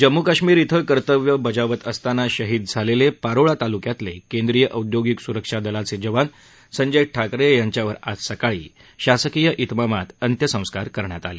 जम्मू कश्मीर येथे कर्तव्य बजावत असताना शहीद झालेले पारोळा तालुक्यातील केंद्रीय औद्योगिक सुरक्षा दलाचे जवान संजय ठाकरे यांच्यावर आज सकाळी शासकीय इतमामात अंत्यसंस्कार करण्यात आले